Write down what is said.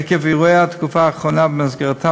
עקב אירועי התקופה האחרונה שבמסגרתם